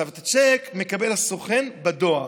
את הצ'ק מקבל הסוכן בדואר.